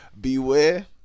Beware